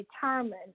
determined